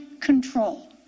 control